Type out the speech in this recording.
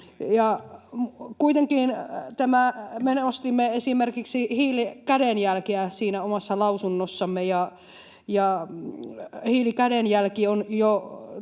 Kuitenkin me nostimme esimerkiksi hiilikädenjälkeä siinä omassa lausunnossamme, ja hiilikädenjälki on jo